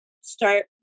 start